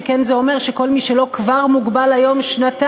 שכן זה אומר שכל מי שלא מוגבל כבר היום שנתיים,